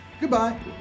Goodbye